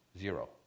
zero